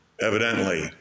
Evidently